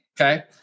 Okay